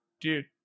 dude